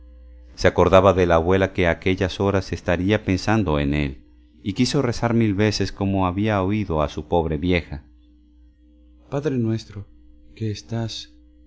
se acordaba de la abuela que a aquellas horas estaría pensando en él y quiso rezar como mil veces había oído a su pobre vieja padre nuestro que estás